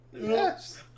Yes